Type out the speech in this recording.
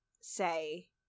say